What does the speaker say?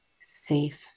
safe